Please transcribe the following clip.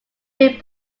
being